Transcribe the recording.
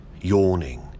yawning